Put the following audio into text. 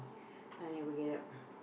I never get up